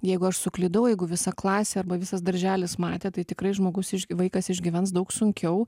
jeigu aš suklydau jeigu visa klasė arba visas darželis matė tai tikrai žmogus iš vaikas išgyvens daug sunkiau